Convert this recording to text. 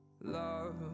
love